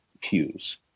pews